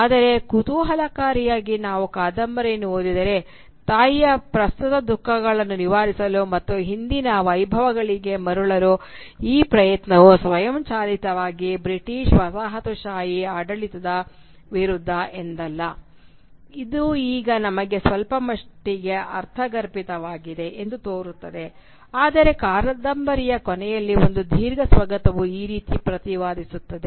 ಆದರೆ ಕುತೂಹಲಕಾರಿಯಾಗಿ ನಾವು ಕಾದಂಬರಿಯನ್ನು ಓದಿದರೆ ತಾಯಿಯ ಪ್ರಸ್ತುತ ದುಃಖಗಳನ್ನು ನಿವಾರಿಸಲು ಮತ್ತು ಹಿಂದಿನ ವೈಭವಗಳಿಗೆ ಮರಳಲು ಈ ಪ್ರಯತ್ನವು ಸ್ವಯಂಚಾಲಿತವಾಗಿ ಬ್ರಿಟಿಷ್ ವಸಾಹತುಶಾಹಿ ಆಡಳಿತದ ವಿರುದ್ಧ ಎಂದಲ್ಲ ಈಗ ಇದು ನಮಗೆ ಸ್ವಲ್ಪಮಟ್ಟಿಗೆ ಪ್ರತಿ ಅರ್ಥಗರ್ಭಿತವಾಗಿದೆ ಎಂದು ತೋರುತ್ತದೆ ಆದರೆ ಕಾದಂಬರಿಯ ಕೊನೆಯಲ್ಲಿ ಒಂದು ದೀರ್ಘ ಸ್ವಗತವು ಈ ರೀತಿ ವಾದಿಸುತ್ತದೆ